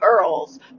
earls